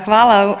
Hvala.